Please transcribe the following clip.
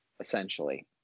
essentially